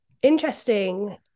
Interesting